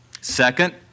Second